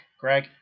Greg